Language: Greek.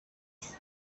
σου